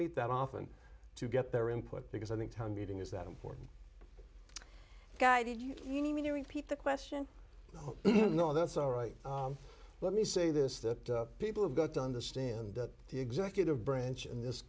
meet that often to get their input because i think town meeting is that important guided you mean when you repeat the question oh no that's all right let me say this the people have got to understand that the executive branch in this